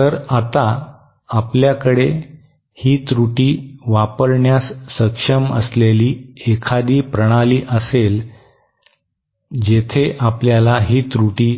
तर आता आपल्याकडे ही त्रुटी वापरण्यास सक्षम असलेली एखादी प्रणाली असेल जेथे आपल्याला ही त्रुटी